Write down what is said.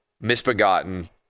misbegotten